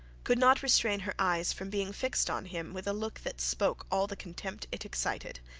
could not restrain her eyes from being fixed on him with a look that spoke all the contempt it excited.